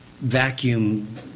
vacuum